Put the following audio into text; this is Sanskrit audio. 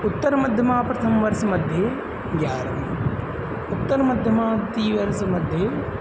उत्तरमध्यमः प्रथमवर्षमध्ये ग्यार उत्तरमध्यमतृतीयः वर्षमध्ये